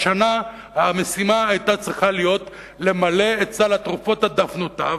השנה המשימה היתה צריכה להיות למלא את סל התרופות עד גובה דופנותיו,